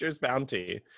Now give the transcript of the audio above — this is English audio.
bounty